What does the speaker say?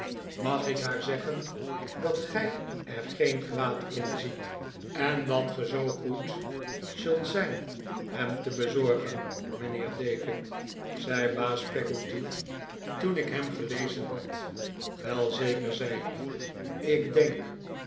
mag ik haar zeggen dat gij er geen kwaad in ziet en dat ge zoo goed zult zijn hem te bezorgen mijnheer david zei baas peggotty toen ik hem gelezen had wel zeker zei ik ik denk